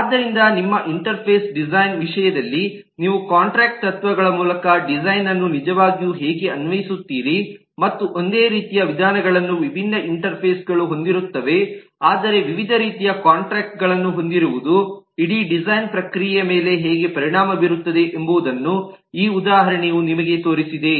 ಆದ್ದರಿಂದ ನಿಮ್ಮ interface design ನ ವಿಷಯದಲ್ಲಿ ನೀವು ಕಾಂಟ್ರಾಕ್ಟ್ ನ ತತ್ವಗಳ ಮೂಲಕ ಡಿಸೈನ್ ಅನ್ನು ನಿಜವಾಗಿಯೂ ಹೇಗೆ ಅನ್ವಯಿಸುತ್ತೀರಿ ಮತ್ತು ಒಂದೇ ರೀತಿಯ ವಿಧಾನಗಳನ್ನು ವಿಭಿನ್ನ ಇಂಟರ್ಫೇಸ್ ಗಳು ಹೊಂದಿರುತ್ತವೆ ಆದರೆ ವಿವಿಧ ರೀತಿಯ ಕಾಂಟ್ರಾಕ್ಟ್ ಗಳನ್ನು ಹೊಂದಿರುವುದು ಇಡೀ ಡಿಸೈನ್ ಪ್ರಕ್ರಿಯೆಯ ಮೇಲೆ ಹೇಗೆ ಪರಿಣಾಮ ಬೀರುತ್ತದೆ ಎಂಬುದನ್ನು ಈ ಉದಾಹರಣೆಯು ನಿಮಗೆ ತೋರಿಸಿದೆ